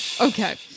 Okay